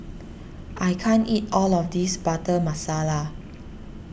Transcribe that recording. I can't eat all of this Butter Masala